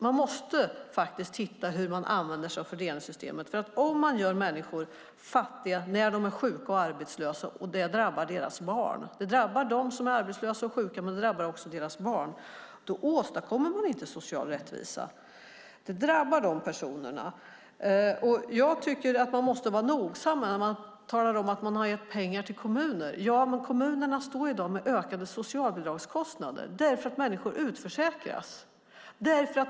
Man måste faktiskt titta på hur man använder sig av fördelningssystemet, för om man gör människor fattiga när de är sjuka och arbetslösa drabbar det deras barn. Det drabbar dem som är arbetslösa och sjuka, men det drabbar också deras barn, och då åstadkommer man inte social rättvisa. Det drabbar dessa personer. Jag tycker att man måste vara noggrann när man talar om att man har gett pengar till kommuner. Kommunerna står i dag med ökade socialbidragskostnader - därför att människor utförsäkras.